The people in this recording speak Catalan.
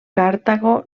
cartago